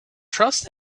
trust